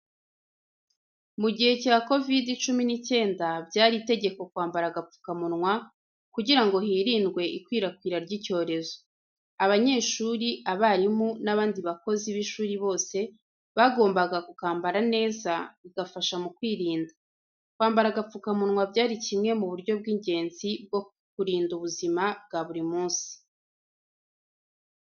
Mugihe cya COVID-19, byari itegeko kwambara agapfukamunwa kugira ngo hirindwe ikwirakwira ry'icyorezo. Abanyeshuri, abarimu n'abandi bakozi b'ishuri bose bagombaga kukambara neza, bigafasha mu kwirinda. Kwambara agapfukamunwa byari kimwe mu buryo bw’ingenzi bwo kurinda ubuzima bwa buri muntu.